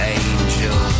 angel